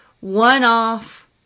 one-off